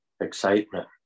excitement